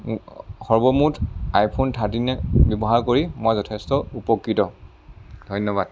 সৰ্বমুঠ আইফোন থাৰ্টিনে ব্যৱহাৰ কৰি মই যথেষ্ট উপকৃত ধন্যবাদ